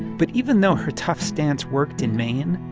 but even though her tough stance worked in maine,